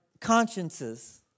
consciences